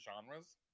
genres